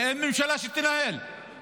אתם עוזרים לו ואחרי זה באים --- לא אתה,